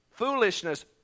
foolishness